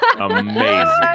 Amazing